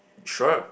sure